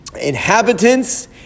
inhabitants